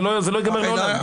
זה לא ייגמר לעולם.